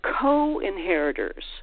co-inheritors